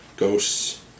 ghosts